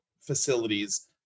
facilities